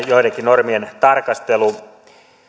joidenkin tiettyjen normien tarkastelu